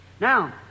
Now